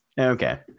Okay